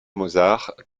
mozart